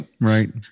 Right